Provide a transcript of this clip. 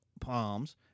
palms